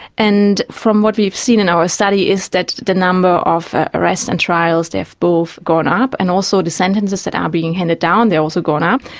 and from what we have seen in our study is that the number of arrests and trials, they have both gone up, and also the sentences that are being handed down, they have also gone up.